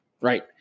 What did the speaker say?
Right